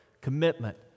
commitment